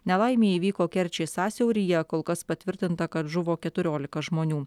nelaimė įvyko kerčės sąsiauryje kol kas patvirtinta kad žuvo keturiolika žmonių